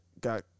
got